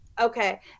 okay